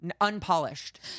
unpolished